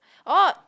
orh